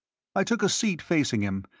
i took a seat facing him,